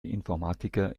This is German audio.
informatiker